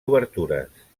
obertures